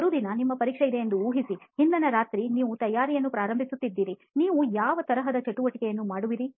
ಮರುದಿನ ನಿಮ್ಮ ಪರೀಕ್ಷೆ ಇದೆ ಎಂದು ಊಹಿಸಿ ಹಿಂದಿನ ರಾತ್ರಿ ನಿಮ್ಮ ತಯಾರಿಯನ್ನು ಪ್ರಾರಂಭಿಸುತ್ತಿದ್ದೀರಿ ನೀವು ಯಾವ ತರಹದ ಚಟುವಟಿಕೆಗಳನ್ನೂ ಮಾಡುವಿರಿ